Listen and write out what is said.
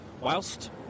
Whilst